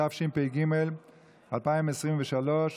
התשפ"ג 2023,